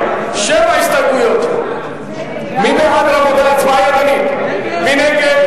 מי נגד?